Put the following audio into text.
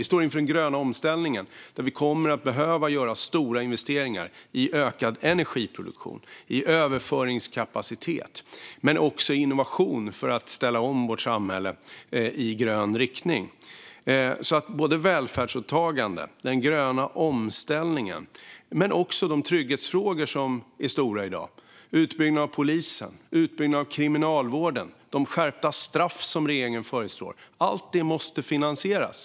Vi står inför den gröna omställningen, där vi kommer att behöva göra stora investeringar i ökad energiproduktion och i överföringskapacitet. Men det handlar också om innovation för att ställa om vårt samhälle i grön riktning. Både välfärdsåtagandet, den gröna omställningen och de trygghetsfrågor som är stora i dag - utbyggnaden av polisen, utbyggnaden av kriminalvården och de skärpta straff som regeringen föreslår - måste finansieras.